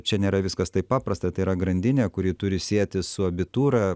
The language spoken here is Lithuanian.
čia nėra viskas taip paprasta tai yra grandinė kuri turi sietis su abitūra